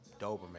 Doberman